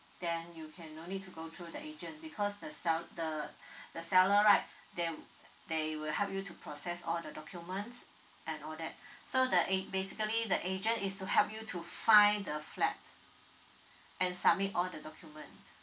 then you can no need to go through the agent because the sell~ the the seller right they they will help you to process all the documents and all that so the a~ basically the agent is to help you to find the flat and submit all the document